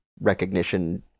recognition